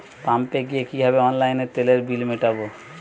পাম্পে গিয়ে কিভাবে অনলাইনে তেলের বিল মিটাব?